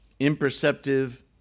imperceptive